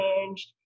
changed